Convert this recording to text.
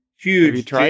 huge